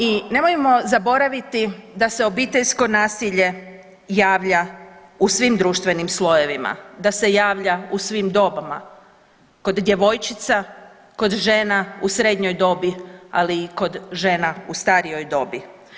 I nemojmo zaboraviti da se obiteljsko nasilje javlja u svim društvenim slojevima, da se javlja u svim dobama, kod djevojčica, kod žena u srednjoj dobi, ali i kod žena u starijoj dobi.